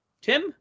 Tim